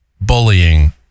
bullying